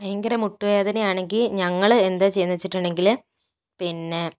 ഭയങ്കര മുട്ടുവേദന ആണെങ്കിൽ ഞങ്ങൾ എന്താ ചെയ്യുന്നത് എന്ന് വെച്ചിട്ടുണ്ടേങ്കിൽ പിന്നെ